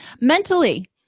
Mentally